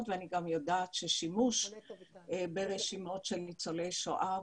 ואני גם יודעת ששימוש ברשימות של ניצולי שואה,